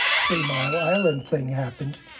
three mile island thing happened,